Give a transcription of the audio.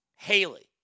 Haley